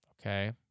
Okay